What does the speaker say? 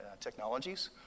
Technologies